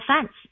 fence